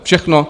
Všechno.